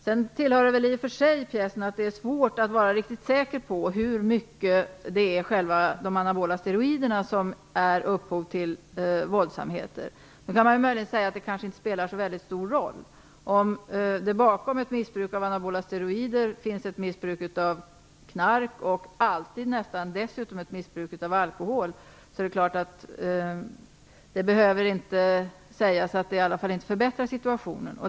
Sedan tillhör det i och för sig pjäsen att det är svårt att vara riktigt säker på i vilken grad det är de anabola steroiderna som är upphov till våldsamheter. Man kan möjligen säga att det kanske inte spelar så stor roll, om det bakom ett missbruk av anabola steroider finns ett missbruk av knark och nästan alltid dessutom ett missbruk av alkohol. Men det behöver inte sägas att det inte förbättrar situationen.